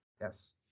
Yes